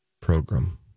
Program